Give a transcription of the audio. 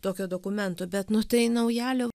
tokio dokumento bet nu tai naujalio